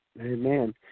Amen